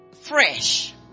Fresh